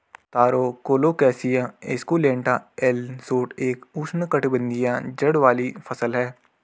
तारो colocasia esculenta L Schott एक उष्णकटिबंधीय जड़ वाली फसल है